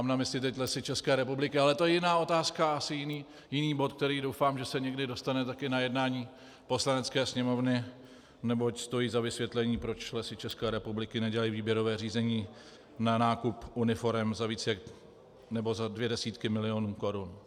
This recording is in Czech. Mám teď na mysli Lesy České republiky, ale to je jiná otázka a asi jiný bod, který, doufám, se také dostane na jednání Poslanecké sněmovny, neboť stojí za vysvětlení, proč Lesy České republiky nedělají výběrové řízení na nákup uniforem za více jak nebo za dvě desítky milionů korun.